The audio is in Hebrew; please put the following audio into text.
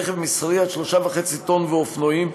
רכב מסחרי עד 3.5 טון ואופנועים,